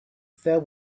fell